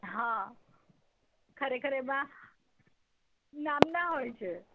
હા ખરેખર એમાં નામના હોય છે